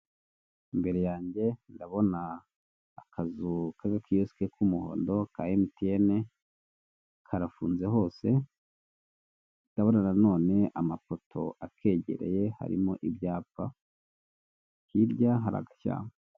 Imbere yanjye ndabona akazu k'agakiyosike k'umuhondo ka emutiyeni karafunze hose ndabona nanone amafoto akegereye harimo ibyapa hirya hari agashya.